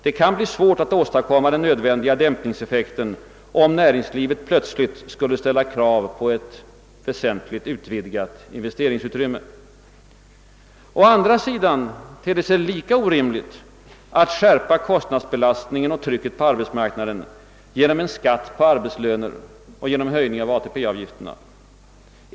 Det kan bli svårt att åstadkomma den nödvändiga dämpningseffekten, om näringslivet plötsligt skulle ställa krav på ett väsentligt utvidgat investeringsutrymme. Å andra sidan ter det sig lika orimligt att skärpa kostnadsbelastningen och trycket på arbetsmarknaden genom en skatt på arbetslöner och genom höjning av ATP-avgifterna.